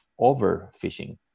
overfishing